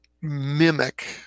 mimic